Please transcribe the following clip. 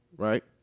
Right